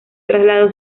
traslado